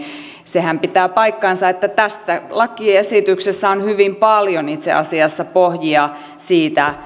sehän pitää paikkansa että tässä lakiesityksessä on hyvin paljon itse asiassa pohjia siitä